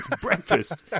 breakfast